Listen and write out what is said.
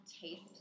taste